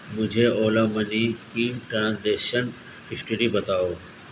مجھے اولا منی کی transaction history بتاؤ